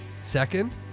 Second